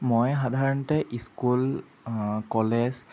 মই সাধাৰণতে school college